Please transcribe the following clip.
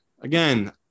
again